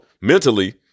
mentally